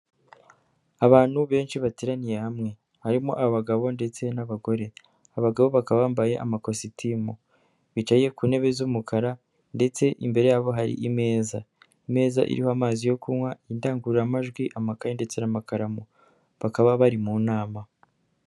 Abantu benshi bateraniye hamwe, harimo abagabo ndetse n'abagore, abagabo bakaba bambaye amakositimu, bicaye ku ntebe z'umukara ndetse imbere yabo hari imeza, imeza iriho amazi yo kunywa, indangururamajwi, amakaye ndetse n'amakaramu, bakaba bari mu nama.